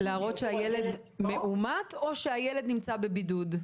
ולהראות שהילד מאומת או שהילד נמצא בבידוד?